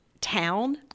town